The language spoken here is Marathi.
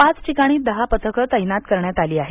पाच ठिकाणी दहा पथकं तैनात करण्यात आली आहेत